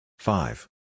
Five